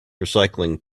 recycling